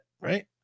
right